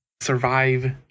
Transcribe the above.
survive